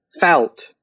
felt